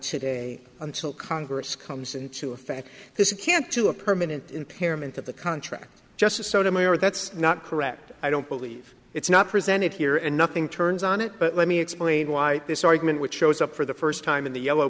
today until congress comes into effect this you can't to a permanent impairment of the contract justice sotomayor that's not correct i don't believe it's not presented here and nothing turns on it but let me explain why this argument which shows up for the first time in the yellow